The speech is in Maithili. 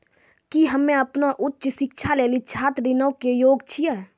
कि हम्मे अपनो उच्च शिक्षा लेली छात्र ऋणो के योग्य छियै?